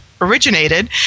originated